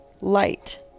light